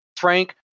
Frank